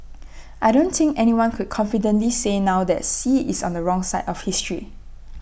I don't think anyone could confidently say now that Xi is on the wrong side of history